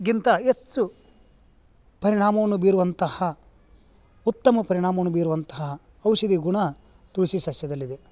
ಗಿಂತ ಹೆಚ್ಚು ಪರಿಣಾಮವನ್ನು ಬೀರುವಂತಹ ಉತ್ತಮ ಪರಿಣಾಮವನ್ನು ಬೀರುವಂತಹ ಔಷಧೀಯ ಗುಣ ತುಳಸಿ ಸಸ್ಯದಲ್ಲಿದೆ